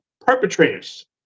perpetrators